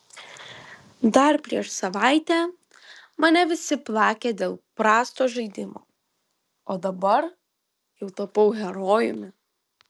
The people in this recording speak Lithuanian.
dar prieš savaitę mane visi plakė dėl prasto žaidimo o dabar jau tapau herojumi